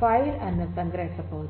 file ಗಳನ್ನು ಸಂಗ್ರಹಿಸಬಹುದು